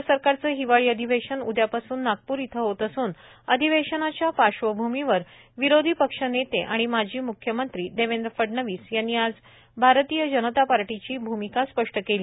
राज्य सरकारचे हिवाळी अधिवेशन उद्यापासून नागपूर इथं होत असून अधिवेशनाच्या पार्श्वभूमिवर विरोधी पक्ष नेते आणि माजी म्ख्यमंत्री देवेद्र फडणवीस यांनी आज भारतीय जनता पार्टीची भूमिका स्पष्ट केली